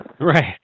Right